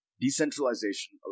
Decentralization